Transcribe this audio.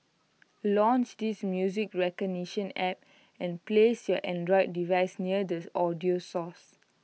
launch this music recognition app and place your Android device near the audio source